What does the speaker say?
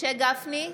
משה גפני,